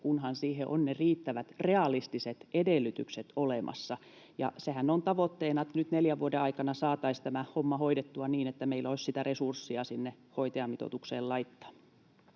kunhan siihen on ne riittävät realistiset edellytykset olemassa. Ja sehän on tavoitteena, että nyt neljän vuoden aikana saataisiin tämä homma hoidettua niin, että meillä olisi resurssia sinne hoitajamitoitukseen laittaa.